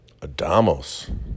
Adamos